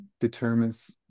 determines